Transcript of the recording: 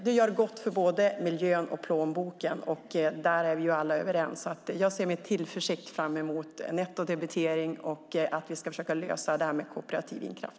Den gör gott för både miljön och plånboken, och här är vi alla överens. Jag ser med tillförsikt fram emot nettodebitering och att vi ska försöka lösa det här med kooperativ vindkraft.